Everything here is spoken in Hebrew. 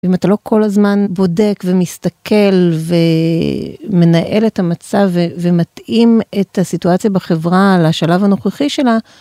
אם אתה לא כל הזמן בודק ומסתכל ומנהל את המצב ומתאים את הסיטואציה בחברה לשלב הנוכחי שלה.